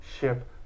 ship